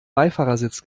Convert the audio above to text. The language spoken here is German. beifahrersitz